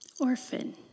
orphan